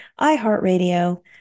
iHeartRadio